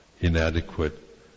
inadequate